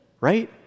Right